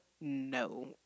No